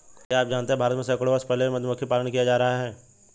क्या आप जानते है भारत में सैकड़ों वर्ष पहले से मधुमक्खी पालन किया जाता रहा है?